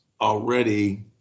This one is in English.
already